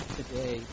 today